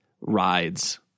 rides